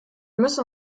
müssen